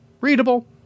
Readable